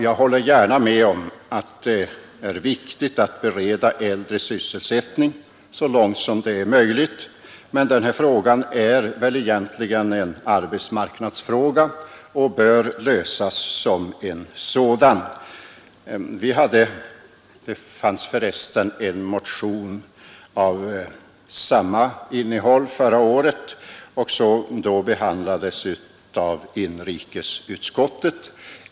Jag håller gärna med om att det är viktigt att bereda de äldre sysselsättning så långt det nu är möjligt, men den här frågan är väl egentligen en arbetsmarknadsfråga och bör lösas som en sådan. Det fanns för resten motion av samma innehåll förra året som då behandlades av inrikesutskottet.